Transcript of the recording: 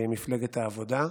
מפלגת העבודה.